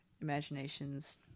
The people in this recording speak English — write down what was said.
imaginations